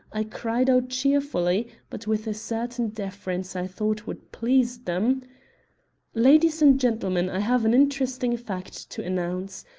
i cried out cheerfully, but with a certain deference i thought would please them ladies and gentlemen i have an interesting fact to announce.